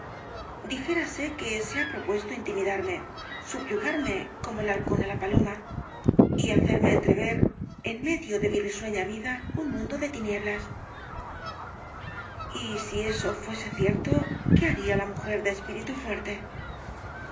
dij érase que se ha propuesto intii rosalía de castro midarme subyugarme como el halcón á la paloma y hacerme entrever en medio de mi risueña vida un mundo de tinieblas y si eso fuese cierto qué haría la mujer de espíritu fuerte